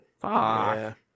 fuck